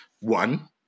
one